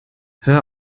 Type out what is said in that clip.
hör